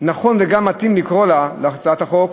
נכון וגם מתאים לקרוא להצעת החוק,